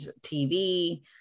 TV